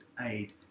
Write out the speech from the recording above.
aid